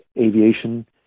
aviation